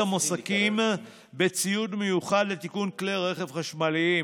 המוסכים בציוד מיוחד לתיקון כלי רכב חשמליים.